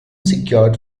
secured